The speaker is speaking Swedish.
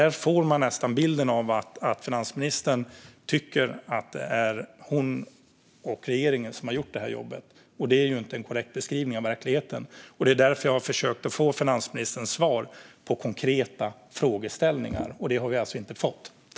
Där får man nästan bilden av att finansministern tycker att det är hon och regeringen som har gjort detta jobb. Det är inte en korrekt beskrivning av verkligheten. Det är därför jag har försökt få svar av finansministern på konkreta frågor - det har vi alltså inte fått.